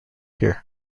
here